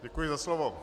Děkuji za slovo.